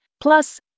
plus